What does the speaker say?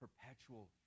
perpetual